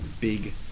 Big